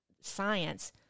science